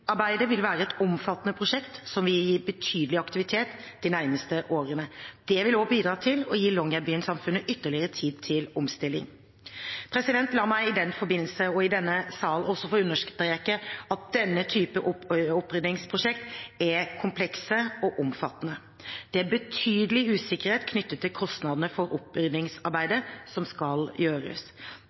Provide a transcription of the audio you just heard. vil være et omfattende prosjekt, som vil gi betydelig aktivitet de nærmeste årene. Det vil også bidra til å gi longyearbyensamfunnet ytterligere tid til omstilling. La meg i den forbindelse, og i denne sal, også få understreke at denne type oppryddingsprosjekter er komplekse og omfattende. Det er betydelig usikkerhet knyttet til kostnadene for oppryddingsarbeidet som skal gjøres.